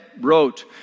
wrote